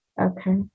Okay